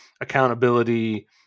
accountability